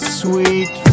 sweet